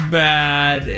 bad